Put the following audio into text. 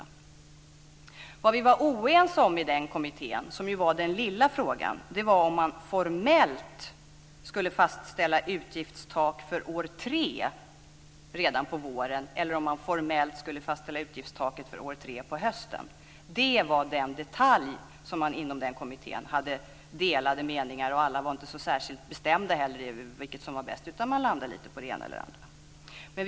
I kommittén var vi oense om en liten fråga, dvs. om man formellt ska fastställa utgiftstak för år tre redan på våren, eller om man formellt ska fastställa utgiftstaket för år tre på hösten. Det var den detalj som man inom den kommittén hade delade meningar om. Alla var inte heller så bestämda om vad som var bäst. Man landade lite på det ena eller det andra.